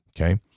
Okay